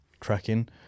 tracking